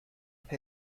hace